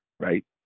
Right